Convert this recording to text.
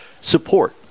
support